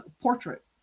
portrait